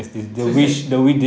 so it's like